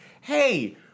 Hey